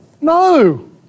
No